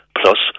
plus